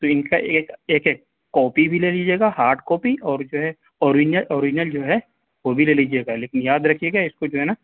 تو ان کا ایک ایک ایک کاپی بھی لے لیجیئے گا ہارڈ کاپی اور جو ہے آریجنل آریجنل جو ہے وہ بھی لے لیجیئے گا لیکن یاد رکھیے گا اس کو جو ہے نا